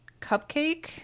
cupcake